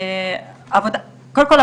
קודם כל,